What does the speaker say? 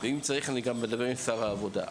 אם צריך אני גם אדבר עם שר העבודה.